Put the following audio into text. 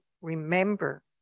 remember